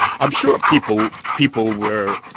i'm sure people people were,